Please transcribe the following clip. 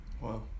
Wow